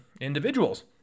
individuals